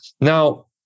Now